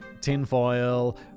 tinfoil